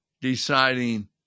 deciding